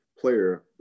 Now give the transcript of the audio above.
player